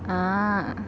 ah